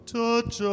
touch